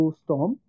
storm